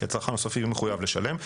כי הצרכן הסופי מחויב לשלם.